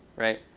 right?